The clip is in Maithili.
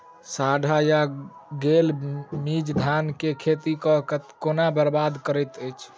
साढ़ा या गौल मीज धान केँ खेती कऽ केना बरबाद करैत अछि?